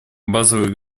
базовые